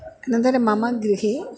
अनन्तरं मम गृहे